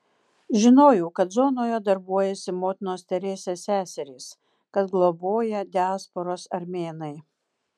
žinojau kad zonoje darbuojasi motinos teresės seserys kad globoja diasporos armėnai